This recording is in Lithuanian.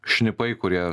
šnipai kurie